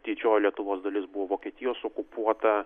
didžioji lietuvos dalis buvo vokietijos okupuota